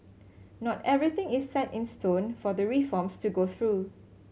not everything is set in stone for the reforms to go through